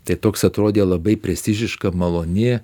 tai toks atrodė labai prestižiška maloni